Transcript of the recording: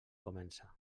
comença